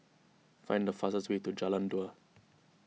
find the fastest way to Jalan Dua